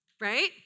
Right